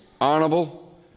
honorable